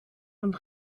und